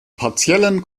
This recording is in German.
partiellen